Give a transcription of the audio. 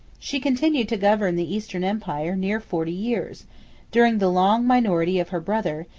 she continued to govern the eastern empire near forty years during the long minority of her brother,